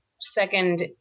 second